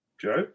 Joe